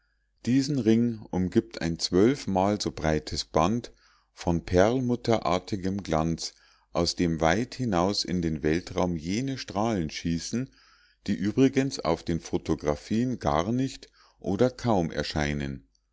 diesen ring umgibt ein zwölfmal so breites band von perlmutterartigem glanz aus dem weit hinaus in den weltraum jene strahlen schießen die übrigens auf den photographien gar nicht oder kaum erscheinen